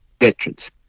veterans